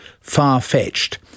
far-fetched